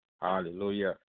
Hallelujah